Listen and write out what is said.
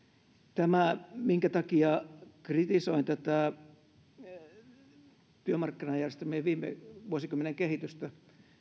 tämä minkä takia kritisoin työmarkkinajärjestelmien viime vuosikymmenen kehitystä